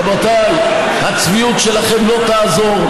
רבותיי, הצביעות שלכם לא תעזור.